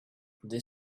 they